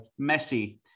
Messi